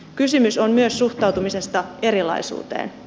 kysymys on myös suhtautumisesta erilaisuuteen